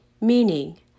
meaning